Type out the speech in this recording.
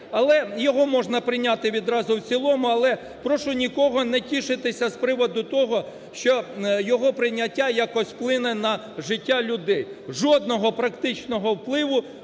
його можна прийняти відразу в цілому, але прошу нікого не тішитися з приводу того, що його прийняття якось вплине на життя людей. Жодного практичного впливу